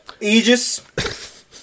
Aegis